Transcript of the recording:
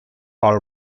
all